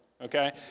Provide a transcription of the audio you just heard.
Okay